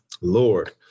Lord